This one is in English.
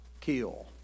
kill